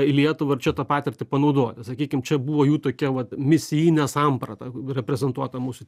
į lietuvą ir čia tą patirtį panaudoti sakykim čia buvo jų tokia vat misijinė samprata reprezentuota mūsų